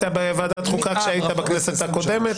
שיתחרט מההתפטרות ומההודעה הצמודה ויתפטר שוב רק מהממשלה.